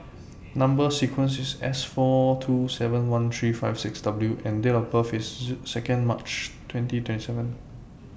Number sequence IS S four two seven one three five six W and Date of birth IS Second March twenty twenty seven